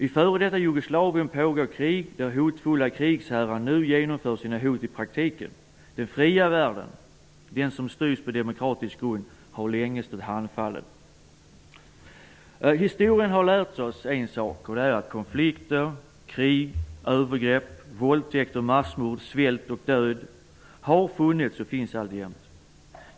I f.d. Jugoslavien pågår krig där hotfulla krigsherrar nu genomför sina hot i praktiken. Den fria världen, den som styrs på demokratisk grund, har länge stått handfallen. Historien har lärt oss en sak, och det är att konflikter, krig, övergrepp, våldtäkter, massmord, svält och död har funnits och finns alltjämt.